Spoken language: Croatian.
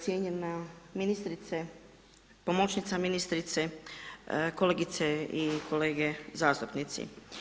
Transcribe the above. Cijenjena ministrice, pomoćnica ministrice, kolegice i kolege zastupnici.